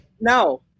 No